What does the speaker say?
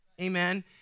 Amen